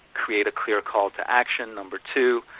create a clear call to action, number two.